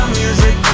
music